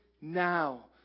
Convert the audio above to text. now